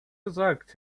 gesagt